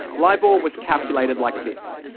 libor was calculated like this.